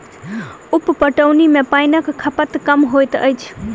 उप पटौनी मे पाइनक खपत कम होइत अछि